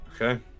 Okay